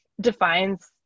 defines